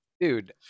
Dude